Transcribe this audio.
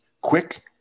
quick